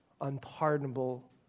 unpardonable